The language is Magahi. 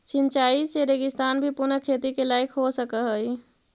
सिंचाई से रेगिस्तान भी पुनः खेती के लायक हो सकऽ हइ